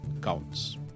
counts